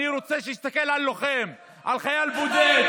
אני רוצה שיסתכל על לוחם, על חייל בודד,